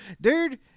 Dude